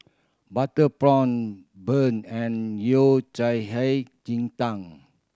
butter prawn bun and Yao Cai Hei Ji Tang